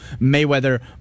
Mayweather